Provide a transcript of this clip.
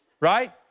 Right